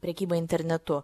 prekybą internetu